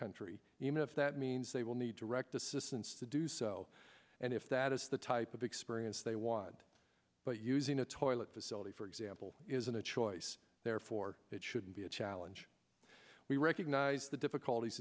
country even if that means they will need to wreck the systems to do so and if that is the type of experience they want but using a toilet facility for example isn't a choice therefore it shouldn't be a challenge we recognize the difficulties